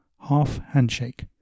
half-handshake